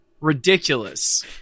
Ridiculous